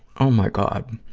oh my god!